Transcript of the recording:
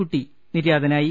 കുട്ടി നിര്യാ തനായി